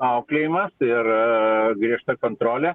auklėjimas ir griežta kontrolė